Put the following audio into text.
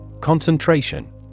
Concentration